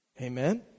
Amen